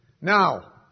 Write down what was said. Now